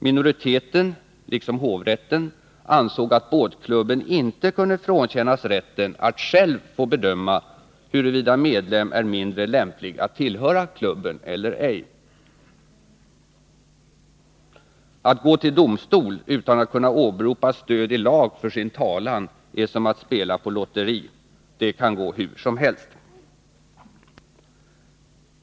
Minoriteten liksom hovrätten ansåg att båtklubben inte kunde frånkännas rätten att själv bedöma huruvida medlem är mindre lämplig att tillhöra klubben eller ej. Att gå till domstol utan att kunna åberopa stöd i lag för sin talan är som att spela på lotteri — det kan gå hur som helst.